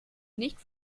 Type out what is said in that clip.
nicht